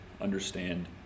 understand